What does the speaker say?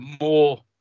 more